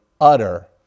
utter